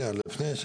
זה התפקיד שלהם.